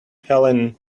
helene